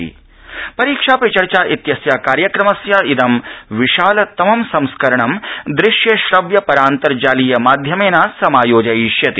परीक्षा पे चर्चाइत्यस्य कार्यक्रमस्य इदं विशालतमं संस्करणं दृश्यश्रव्यपरान्तर्जालीयमाध्यमेन समायोजयिष्यते